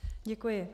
Děkuji.